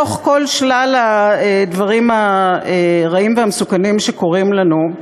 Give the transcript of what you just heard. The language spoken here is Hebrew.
בתוך כל שלל הדברים הרעים והמסוכנים שקורים לנו,